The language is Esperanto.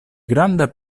granda